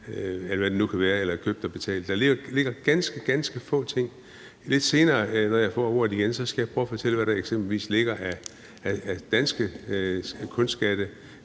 det nu kan være. Der ligger ganske, ganske få ting. Når jeg lidt senere får ordet igen, skal jeg prøve at fortælle, hvad der eksempelvis ligger af danske kunstskatte